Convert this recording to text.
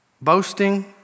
boasting